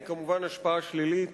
היא כמובן השפעה שלילית